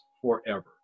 forever